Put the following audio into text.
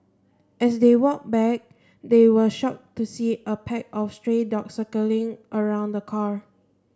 as they walked back they were shocked to see a pack of stray dogs circling around the car